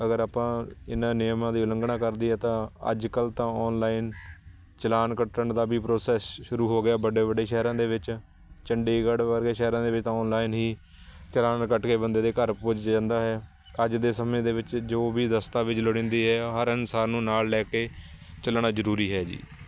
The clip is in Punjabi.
ਅਗਰ ਆਪਾਂ ਇਹਨਾਂ ਨਿਯਮਾਂ ਦੀ ਉਲੰਘਣਾ ਕਰਦੇ ਹਾਂ ਤਾਂ ਅੱਜ ਕੱਲ੍ਹ ਤਾਂ ਔਨਲਾਈਨ ਚਲਾਨ ਕੱਟਣ ਦਾ ਵੀ ਪ੍ਰੋਸੈਸ ਸ਼ੁਰੂ ਹੋ ਗਿਆ ਵੱਡੇ ਵੱਡੇ ਸ਼ਹਿਰਾਂ ਦੇ ਵਿੱਚ ਚੰਡੀਗੜ੍ਹ ਵਰਗੇ ਸ਼ਹਿਰਾਂ ਦੇ ਵਿੱਚ ਤਾਂ ਔਨਲਾਈਨ ਹੀ ਚਲਾਨ ਕੱਟ ਕੇ ਬੰਦੇ ਦੇ ਘਰ ਪੁੱਜ ਜਾਂਦਾ ਹੈ ਅੱਜ ਦੇ ਸਮੇਂ ਦੇ ਵਿੱਚ ਜੋ ਵੀ ਦਸਤਾਵੇਜ਼ ਲੋੜੀਂਦੇ ਹੈ ਹਰ ਇਨਸਾਨ ਨੂੰ ਨਾਲ ਲੈ ਕੇ ਚੱਲਣਾ ਜ਼ਰੂਰੀ ਹੈ ਜੀ